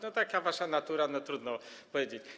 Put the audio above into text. Może taka wasza natura, trudno powiedzieć.